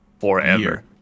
forever